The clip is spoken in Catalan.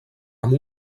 amb